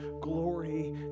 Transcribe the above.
glory